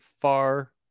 far